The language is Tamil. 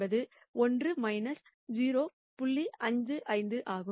55 இருக்க விரும்புகிறோம்